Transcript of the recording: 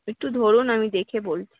একটু ধরুন আমি দেখে বলছি